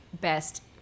best